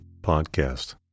podcast